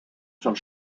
some